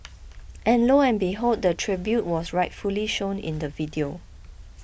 and lo and behold the tribute was rightfully shown in the video